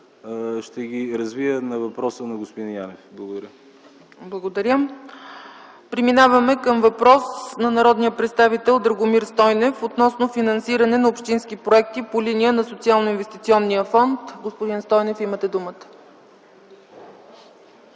ще развия във въпроса на господин Янев. Благодаря. ПРЕДСЕДАТЕЛ ЦЕЦКА ЦАЧЕВА: Благодаря. Преминаваме към въпрос от народния представител Драгомир Стойнев относно финансиране на общински проекти по линия на Социално-инвестиционния фонд. Господин Стойнев, имате думата.